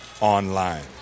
online